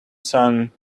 sun